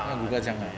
跟 Google 这样 lah